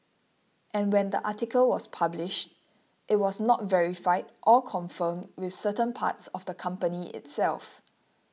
and when the article was published it was not verified or confirmed with certain parts of the company itself